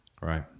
Right